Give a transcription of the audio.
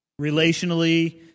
Relationally